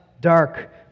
dark